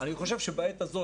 אני חושב שבעת הזאת,